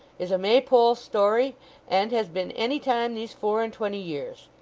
is a maypole story and has been any time these four-and-twenty years.